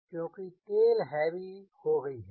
क्योंकि tail heavy हो गई है